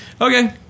Okay